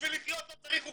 בשביל לחיות לא צריך חוקים,